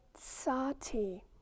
sati